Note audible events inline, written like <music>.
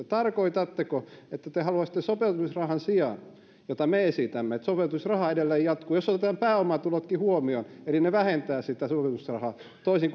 <unintelligible> tarkoitatteko että te haluaisitte sopeutumisrahan sijaan jota me esitämme että sopeutumisraha edelleen jatkuu jos otetaan pääomatulotkin huomioon eli ne vähentää sitä sopeutumisrahaa toisin <unintelligible>